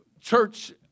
church